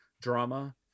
drama